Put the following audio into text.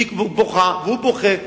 היא בוכה והוא בוכה.